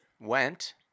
went